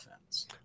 offense